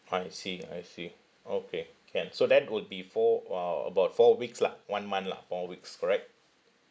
I see I see okay can so that would be four uh about four weeks lah one month lah four weeks correct